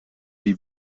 die